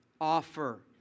offer